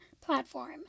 platform